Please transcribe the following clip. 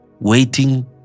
Waiting